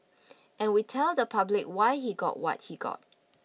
and we tell the public why he got what he got